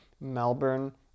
Melbourne